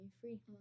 free